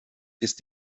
ist